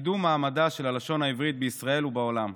קידום מעמדה של הלשון העברית בישראל ובעולם.